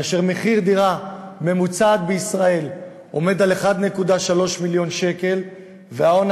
כאשר מחיר דירה ממוצעת בישראל עומד על 1.3 מיליון שקל וההון